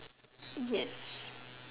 yes